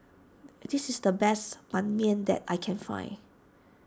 this is the best Ban Mian that I can find